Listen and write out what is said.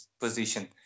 position